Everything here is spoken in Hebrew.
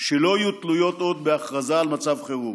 שלא יהיו תלויות עוד בהכרזה על מצב חירום.